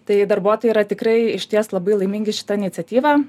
tai darbuotojai yra tikrai išties labai laimingi šita iniciatyva